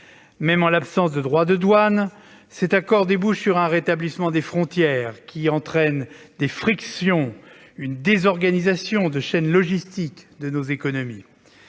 même en l'absence de droits de douane, cet accord débouche sur le rétablissement des frontières, d'où des frictions et la désorganisation des chaînes logistiques de nos économies.